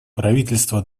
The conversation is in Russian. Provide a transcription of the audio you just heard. правительства